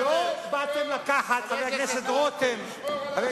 אל תדאג, לא נעשה שטויות, נשמור עליו